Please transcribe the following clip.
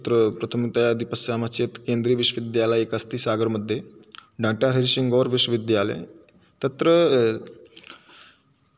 बहवः विश्वविद्यालयाः सन्ति तत्र प्रथमतया यदि पश्यामः चेत् केन्द्रीयः विश्वविद्यालयः एकः अस्ति सागरमध्ये डाक्टर् हरिसिंगगौरविश्वविद्यालयः तत्र